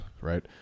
Right